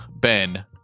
Ben